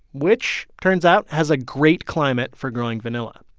which turns out has a great climate for growing vanilla.